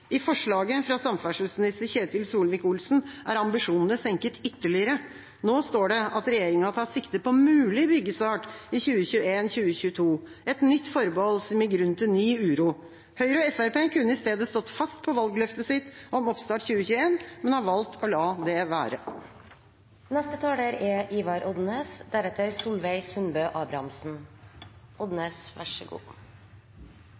I forslaget fra samferdselsminister Ketil Solvik-Olsen er ambisjonene senket ytterligere. Nå står det at regjeringa tar sikte på mulig byggestart i 2021/2022 – et nytt forbehold som gir grunn til ny uro. Høyre og Fremskrittspartiet kunne i stedet stått fast på valgløftet sitt om oppstart 2021, men har valgt å la det